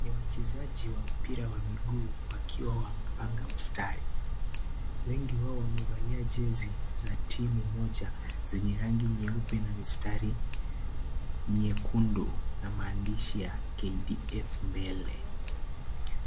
Ni wachezaji wa mpira wa miguu wakiwa wamepanga mstari. Wengi wao wamevalia jezi za timu moja zenye rangi nyeupe na mistari nyekundu, na maandishi ya KDF mbele.